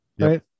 Right